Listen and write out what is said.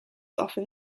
often